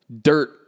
dirt